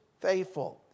faithful